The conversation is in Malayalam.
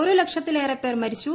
ഒരു ലക്ഷത്തിലേറെ പേർ മരിച്ചു